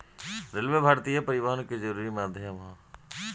railway भारतीय परिवहन के जरुरी माध्यम ह